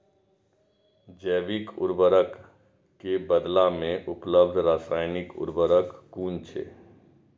जैविक उर्वरक के बदला में उपलब्ध रासायानिक उर्वरक कुन छै?